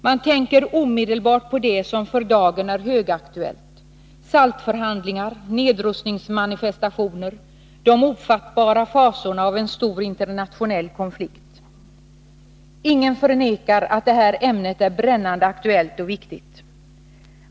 Man tänker omedelbart på det som för dagen är högaktuellt: SALT-förhandlingar, nedrustningsmanifestationer, de ofattbara fasorna av en stor internationell konflikt. Ingen förnekar att det här ämnet är brännande aktuellt och viktigt.